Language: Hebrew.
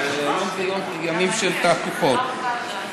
אלה הולכים להיות ימים של תהפוכות.